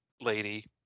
Lady